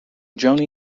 joni